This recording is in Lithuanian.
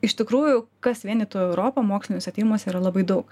iš tikrųjų kas vienytų europą moksliniuose tyrimuose yra labai daug